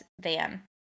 van